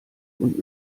und